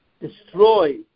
destroy